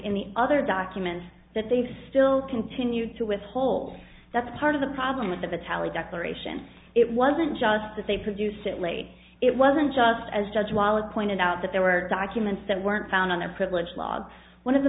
the other documents that they've still continued to withhold that's part of the problem with the vitale declaration it wasn't just that they produced it late it wasn't just as judge while it pointed out that there were documents that weren't found on their privilege logs one of the